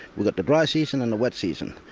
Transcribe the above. we've got the dry season and the wet season.